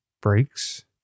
breaks